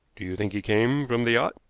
do you think he came from the yacht?